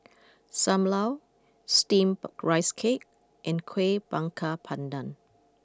Sam Lau Steamed Rice Cake and Kueh Bakar Pandan